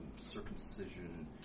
circumcision